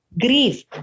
grief